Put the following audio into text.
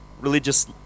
religious